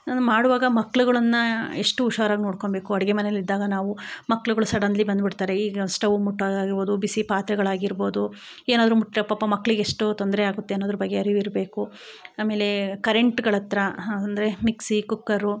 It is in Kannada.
ನಾನು ಮಾಡುವಾಗ ಮಕ್ಳುಗಳನ್ನು ಎಷ್ಟು ಹುಷಾರಾಗಿ ನೋಡ್ಕೊಳ್ಬೇಕು ಅಡುಗೆ ಮನೆಲ್ಲಿದ್ದಾಗ ನಾವು ಮಕ್ಳುಗಳು ಸಡನ್ಲಿ ಬಂದ್ಬಿಡ್ತಾರೆ ಈಗ ಸ್ಟವ್ ಮುಟ್ಟೊದಾಗಿರಬೋದು ಬಿಸಿ ಪಾತ್ರೆಗಳಾಗಿರಬೋದು ಏನಾದರು ಮುಟ್ಟಿದ್ರೆ ಪಾಪ ಮಕ್ಳಿಗೆ ಎಷ್ಟು ತೊಂದರೆಯಾಗುತ್ತೆ ಅನ್ನೋದ್ರ ಬಗ್ಗೆ ಅರಿವಿರಬೇಕು ಆಮೇಲೆ ಕರೆಂಟ್ಗಳತ್ರ ಅಂದರೆ ಮಿಕ್ಸಿ ಕುಕ್ಕರು